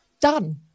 done